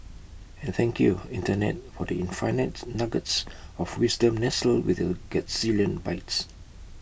and thank you Internet for the infinite nuggets of wisdom nestled with your gazillion bytes